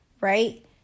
right